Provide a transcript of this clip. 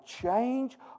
change